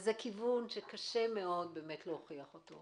זה כיוון שקשה מאוד להוכיח אותו.